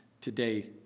today